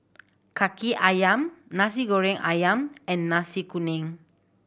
Kaki Ayam Nasi Goreng Ayam and Nasi Kuning